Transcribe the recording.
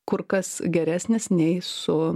kur kas geresnis nei su